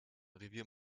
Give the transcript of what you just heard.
revier